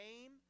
name